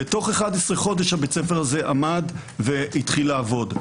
ותוך 11 חודש בית הספר הזה עמד והתחיל לעבוד.